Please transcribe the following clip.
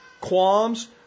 qualms